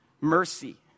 mercy